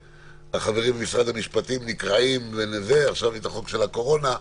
שהחברים ממשרד המשפטים נקרעים: עכשיו את החוק של הקורונה,